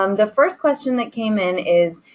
um the first question that came in is,